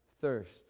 thirst